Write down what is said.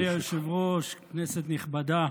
אדוני היושב-ראש, כנסת נכבדה,